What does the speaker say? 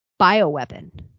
bioweapon